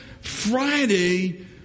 Friday